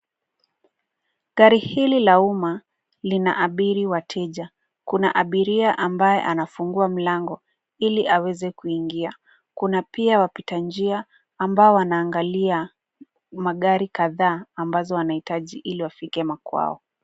Gari hili la umma linaabiri wateja, kuna abiria ambaye anafungua mlango ili aweze kuingia. Kuna pia wapita njia ambao wanaangalia magari kadhaa ambazo wanahitaji ili wafike makwao.